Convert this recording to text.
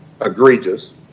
egregious